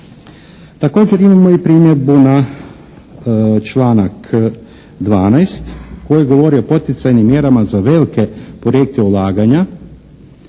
Također imamo i primjedbu na članak 12. koji govori o poticajnim mjerama za velike projekte ulaganja.